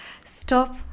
Stop